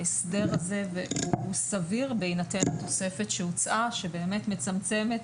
ההסדר הזה הוא סביר בהינתן התוספת שהוצעה שמצמצמת